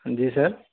جی سر